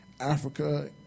Africa